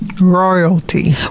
royalty